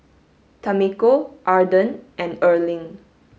Tamiko Arden and Erling